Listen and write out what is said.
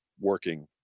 working